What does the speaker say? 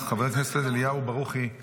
חבר הכנסת אליהו ברוכי --- אני ייצגתי גם אותו.